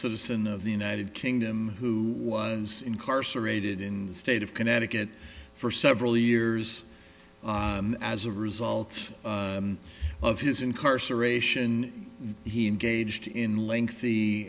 citizen of the united kingdom who was incarcerated in the state of connecticut for several years as a result of his incarceration he engaged in lengthy